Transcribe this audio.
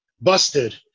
Busted